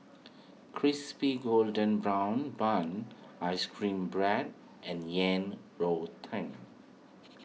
Crispy Golden Brown Bun Ice Cream Bread and Yang Rou Tang